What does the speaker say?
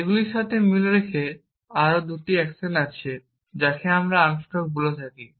এগুলোর সাথে মিল রেখে আরও দুটি অ্যাকশন আছে যাকে আমরা আনস্টক বলে থাকি